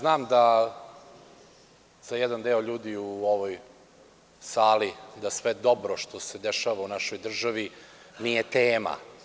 Znam da za jedan deo ljudi u ovoj sali sve dobro što se dešava u našoj državi nije tema.